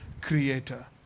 creator